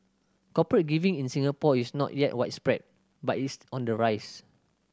corporate giving in Singapore is not yet widespread but east on the rise